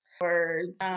words